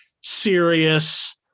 serious